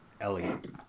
Elliot